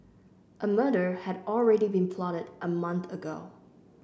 a murder had already been plotted a month ago